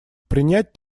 принять